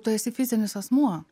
tu esi fizinis asmuo